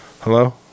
Hello